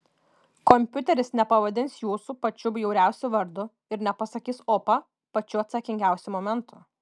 kompiuteris nepavadins jūsų pačiu bjauriausiu vardu ir nepasakys opa pačiu atsakingiausiu momentu